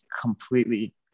completely